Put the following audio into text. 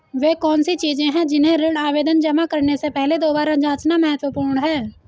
वे कौन सी चीजें हैं जिन्हें ऋण आवेदन जमा करने से पहले दोबारा जांचना महत्वपूर्ण है?